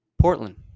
Portland